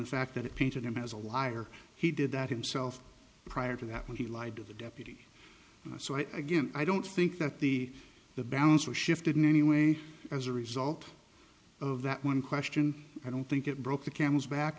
the fact that it painted him as a liar he did that himself prior to that when he lied to the deputy so i again i don't think that the the balance has shifted in any way as a result of that one question i don't think it broke the camel's back